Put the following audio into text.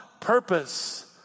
purpose